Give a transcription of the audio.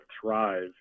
thrive